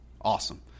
Awesome